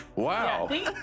Wow